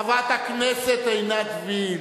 חברת הכנסת עינת וילף.